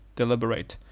deliberate